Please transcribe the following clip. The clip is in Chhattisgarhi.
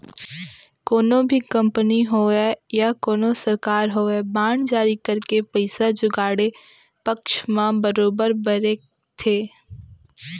कोनो भी कंपनी होवय या कोनो सरकार होवय बांड जारी करके पइसा जुगाड़े पक्छ म बरोबर बरे थे